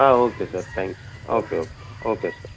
ah okay sir thanks okay okay okay sir